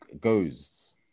goes